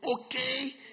okay